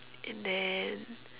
and then